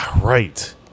Right